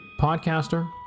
podcaster